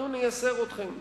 אנחנו נייסר אתכם,